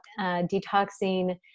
detoxing